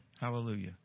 Hallelujah